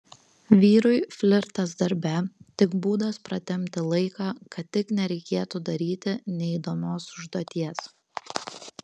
vyrui flirtas darbe tik būdas pratempti laiką kad tik nereikėtų daryti neįdomios užduoties